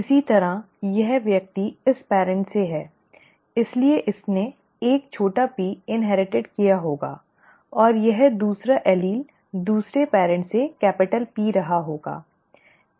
इसी तरह यह व्यक्ति इस पेअरॅन्ट से है इसलिए इसने एक छोटा p इन्हेरिटिड किया होगा और यह दूसरा एलील दूसरे पेअरॅन्ट से कैपिटल P रहा होगा ठीक है